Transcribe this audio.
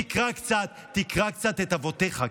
תקרא קצת את אבותיך,